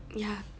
ya